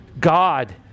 God